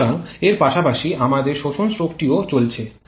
সুতরাং এর পাশাপাশি আমাদের শোষণ স্ট্রোকটি ও চলছে